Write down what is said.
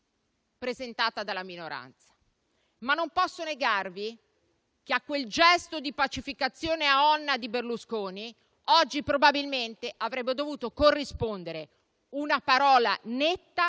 presentata dalla minoranza, ma non posso negarvi che a quel gesto di pacificazione a Onna di Berlusconi oggi probabilmente avrebbe dovuto corrispondere una parola netta